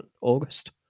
August